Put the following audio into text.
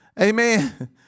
Amen